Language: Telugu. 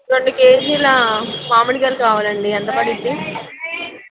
రెండు కేజీల మామిడికాయలు కావాలండి ఎంత పడుతుంది